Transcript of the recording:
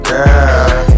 Girl